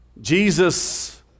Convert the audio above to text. Jesus